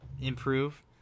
improve